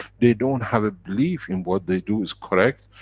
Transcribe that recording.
they don't have a belief in what they do is correct,